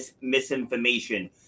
misinformation